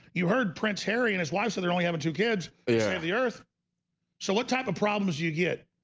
you heard prince harry and his wife. so they're only having two kids yeah the earth so what type of problems you get?